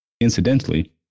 Incidentally